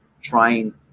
trying